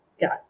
got